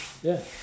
ya